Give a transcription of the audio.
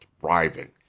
thriving